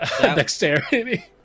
Dexterity